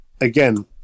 again